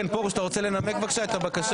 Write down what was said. כן, פרוש, אתה רוצה לנמק בבקשה את הבקשה?